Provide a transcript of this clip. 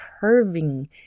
curving